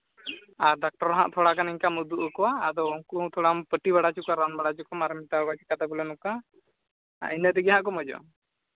ᱟᱨ doctor ᱦᱟᱸᱜ ᱛᱷᱚᱲᱟ ᱮᱱᱠᱟᱢ ᱩᱫᱩᱜ ᱟᱠᱚᱣᱟ ᱟᱫᱚ ᱩᱱᱠᱩ ᱦᱚᱸ ᱛᱷᱚᱲᱟᱢ ᱯᱟᱹᱴᱤ ᱵᱟᱲᱟ ᱦᱚᱪᱚ ᱠᱚᱣᱟᱢ ᱨᱟᱱ ᱵᱟᱲᱟ ᱦᱚᱪᱚ ᱠᱚᱣᱟ ᱟᱨᱮᱢ ᱢᱮᱛᱟ ᱠᱚᱣᱟ ᱪᱤᱠᱟᱛᱮ ᱵᱚᱞᱮ ᱱᱚᱝᱠᱟ ᱟᱨ ᱤᱱᱟᱹ ᱛᱮᱜᱮ ᱦᱟᱸᱜ ᱠᱚ ᱢᱚᱡᱚᱜᱼᱟ